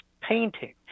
painting